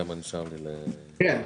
כן.